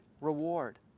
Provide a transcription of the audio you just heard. reward